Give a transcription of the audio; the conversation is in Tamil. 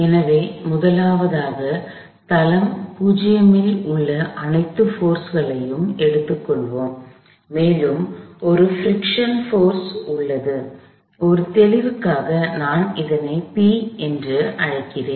எனவே முதலாவதாக தளம் 0 இல் உள்ள அனைத்து போர்ஸ்களையும் எடுத்துக் கொள்வோம் மேலும் ஒரு பிரிக்ஷன் போர்ஸ் உள்ளது ஒரு தெளிவுக்காக நான் இதை P என்று அழைக்கிறேன்